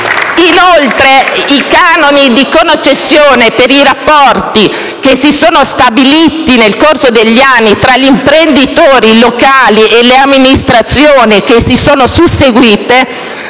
Inoltre, per i rapporti che si sono stabiliti nel corso degli anni tra gli imprenditori locali e le amministrazioni che si sono susseguite,